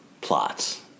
plots